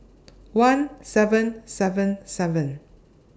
one seven seven seven